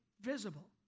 visible